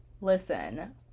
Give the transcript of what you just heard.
Listen